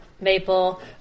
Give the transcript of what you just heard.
maple